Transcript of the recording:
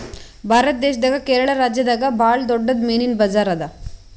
ಭಾರತ್ ದೇಶದಾಗೆ ಕೇರಳ ರಾಜ್ಯದಾಗ್ ಭಾಳ್ ದೊಡ್ಡದ್ ಮೀನಿನ್ ಬಜಾರ್ ಅದಾ